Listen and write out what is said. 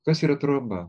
kas yra troba